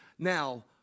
Now